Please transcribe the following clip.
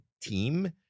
team